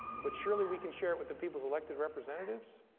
but surely, we can share with the people's elected representatives.